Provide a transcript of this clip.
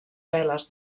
veles